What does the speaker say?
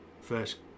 first